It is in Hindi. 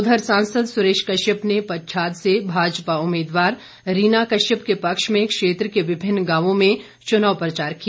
उधर सांसद सुरेश कश्यप ने पच्छाद से भाजपा उम्मीदवार रीना कश्यप के पक्ष में क्षेत्र के विभिन्न गांवों में चुनाव प्रचार किया